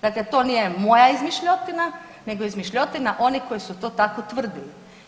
Dakle, to nije moja izmišljotina, nego je izmišljotina onih koji su to tako tvrdili.